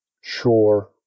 sure